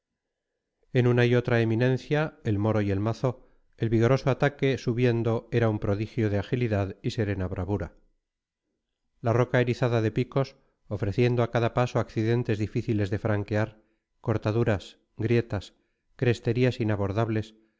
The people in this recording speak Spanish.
en una y otra eminencia el moro y el mazo el vigoroso ataque subiendo era un prodigio de agilidad y serena bravura la roca erizada de picos ofreciendo a cada paso accidentes difíciles de franquear cortaduras grietas cresterías inabordables